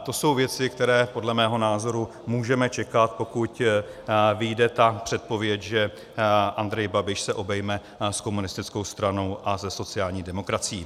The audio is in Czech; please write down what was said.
To jsou věci, které podle mého názoru můžeme čekat, pokud vyjde ta předpověď, že Andrej Babiš se obejme s komunistickou stranou a se sociální demokracií.